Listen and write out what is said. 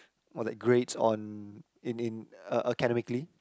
or like grades on in in a~ academically